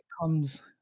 comes